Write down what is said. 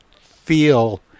feel